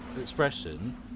expression